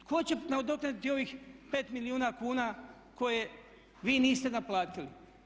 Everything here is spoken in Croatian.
Tko će nadoknaditi ovih 5 milijuna kuna koje vi niste naplatili?